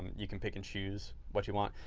you can pick and choose what you want,